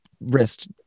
wrist